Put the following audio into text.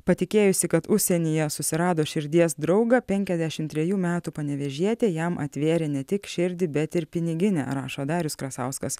patikėjusi kad užsienyje susirado širdies draugą penkiasdešim triejų metų panevėžietė jam atvėrė ne tik širdį bet ir piniginę rašo darius krasauskas